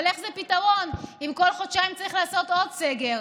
אבל איך זה פתרון אם כל חודשיים צריך לעשות עוד סגר?